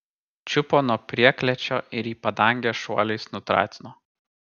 čiupo nuo prieklėčio ir į padangę šuoliais nutratino